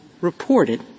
reported